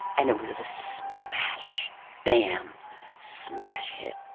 and it was this mash bam smash hit.